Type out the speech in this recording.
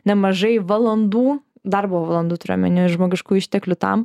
nemažai valandų darbo valandų turiu omeny žmogiškųjų išteklių tam